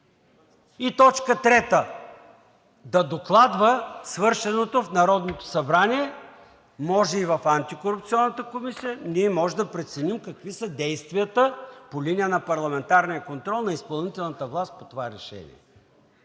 да извърши. 3. Да докладва свършеното в Народното събрание.“ Може и в Антикорупционната комисия, ние може да преценим какви са действията по линия на парламентарния контрол на изпълнителната власт по това решение.